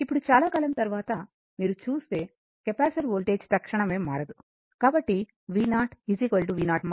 ఇప్పుడు చాలా కాలం తరువాత మీరు చూస్తే కెపాసిటర్ వోల్టేజ్ తక్షణమే మారదు కాబట్టి v0 v0 అంటే 100 వోల్ట్